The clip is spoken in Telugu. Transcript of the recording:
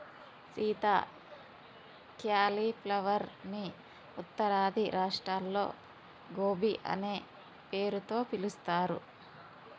సీత క్యాలీఫ్లవర్ ని ఉత్తరాది రాష్ట్రాల్లో గోబీ అనే పేరుతో పిలుస్తారు